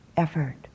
effort